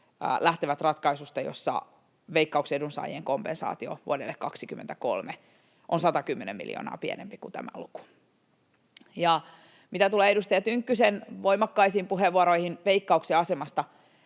lähtevät ratkaisusta, jossa Veikkauksen edunsaajien kompensaatio vuodelle 23 on 110 miljoonaa pienempi kuin tämä luku. Ja mitä tulee edustaja Tynkkysen voimakkaisiin puheenvuoroihin Veikkauksen asemasta,